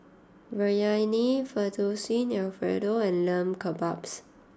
Biryani Fettuccine Alfredo and Lamb Kebabs